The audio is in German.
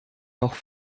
noch